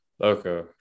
Okay